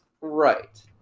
right